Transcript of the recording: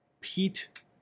Pete